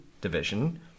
division